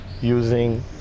using